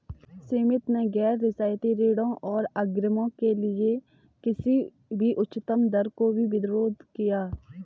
समिति ने गैर रियायती ऋणों और अग्रिमों के लिए किसी भी उच्चतम दर का भी विरोध किया